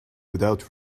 without